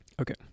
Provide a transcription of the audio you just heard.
Okay